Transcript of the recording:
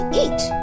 eat